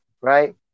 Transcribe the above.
right